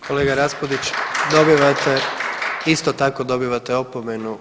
Kolega Raspudić, dobivate, isto tako dobivate opomenu.